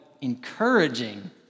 encouraging